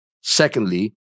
Secondly